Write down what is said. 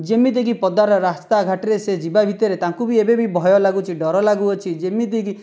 ଯେମିତି କି ପଦାର ରାସ୍ତାଘାଟରେ ସେ ଯିବା ଭିତରେ ତାଙ୍କୁ ବି ଏବେ ବି ଭୟ ଲାଗୁଛି ଡର ଲାଗୁଅଛି ଯେମିତିକି